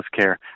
healthcare